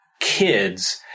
kids